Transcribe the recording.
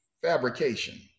fabrication